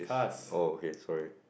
oh okay sorry